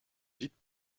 dites